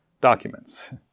documents